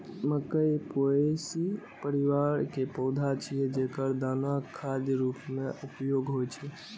मकइ पोएसी परिवार के पौधा छियै, जेकर दानाक खाद्य रूप मे उपयोग होइ छै